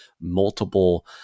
multiple